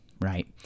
right